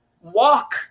walk